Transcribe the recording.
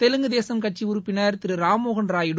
தெலுங்கு தேசும் கட்சி உறுப்பினர் திரு ராம்மோகன் ராயுடு